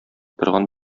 торган